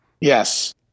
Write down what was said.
yes